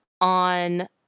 on